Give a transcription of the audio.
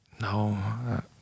No